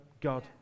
God